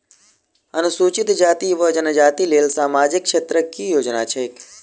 अनुसूचित जाति वा जनजाति लेल सामाजिक क्षेत्रक केँ योजना छैक?